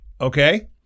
okay